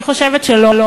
אני חושבת שלא.